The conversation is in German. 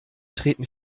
treten